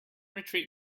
retreat